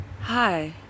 Hi